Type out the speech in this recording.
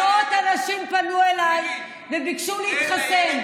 מאות אנשים פנו אליי וביקשו להתחסן.